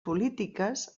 polítiques